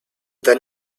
then